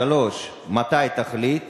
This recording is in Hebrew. מתי תחליט?